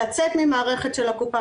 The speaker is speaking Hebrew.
לצאת מהמערכת של הקופה,